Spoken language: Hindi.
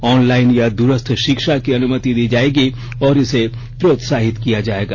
ऑनलाइन या दूरस्थ शिक्षा की अनुमति दी जाएगी और इसे प्रोत्साहित किया जाएगा